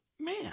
Man